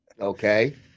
Okay